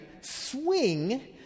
swing